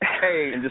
Hey